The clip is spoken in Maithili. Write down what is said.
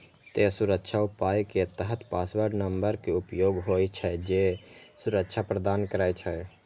तें सुरक्षा उपाय के तहत पासवर्ड नंबर के उपयोग होइ छै, जे सुरक्षा प्रदान करै छै